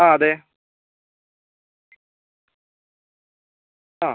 ആ അതെ ആ